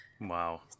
Wow